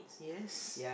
yes